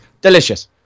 Delicious